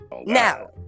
Now